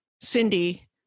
Cindy